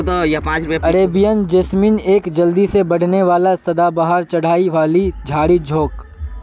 Arabian jasmine एक जल्दी से बढ़ने वाला सदाबहार चढ़ाई वाली झाड़ी छोक